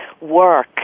work